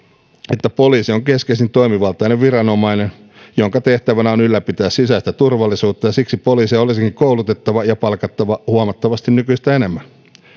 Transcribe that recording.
että poliisi on keskeisin toimivaltainen viranomainen jonka tehtävänä on ylläpitää sisäistä turvallisuutta ja siksi poliiseja olisikin koulutettava ja palkattava huomattavasti nykyistä enemmän